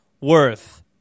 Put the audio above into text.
worth